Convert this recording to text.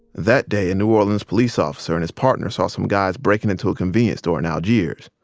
that day, a new orleans police officer and his partner saw some guys breaking into a convenience store in algiers.